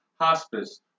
hospice